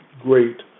great